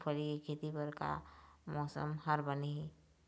मूंगफली के खेती बर का मौसम हर बने ये?